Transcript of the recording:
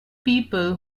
people